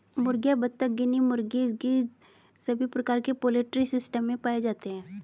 मुर्गियां, बत्तख, गिनी मुर्गी, गीज़ सभी प्रकार के पोल्ट्री सिस्टम में पाए जा सकते है